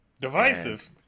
Divisive